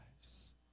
lives